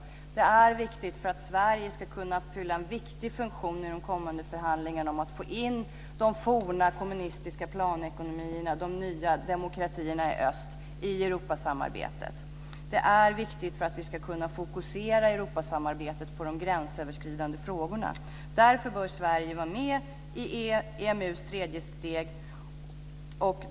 Det är viktigt för att Sverige ska kunna fylla en viktig funktion i de kommande förhandlingarna om att få in de forna kommunistiska planekonomierna, de nya demokratierna i öst, i Europasamarbetet. Det är viktigt för att vi ska kunna fokusera Europasamarbetet på de gränsöverskridande frågorna. Därför bör Sverige vara med i EMU:s tredje steg.